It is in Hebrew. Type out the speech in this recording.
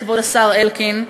כבוד השר אלקין,